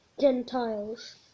Gentiles